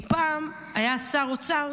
כי פעם היה שר אוצר